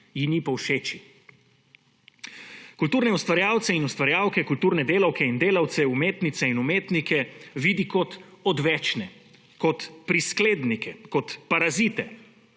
ji ni povšeči. Kulturne ustvarjalce in ustvarjalke, kulturne delavke in delavce, umetnice in umetnike vidi kot odvečne, kot prisklednike, kot parazite,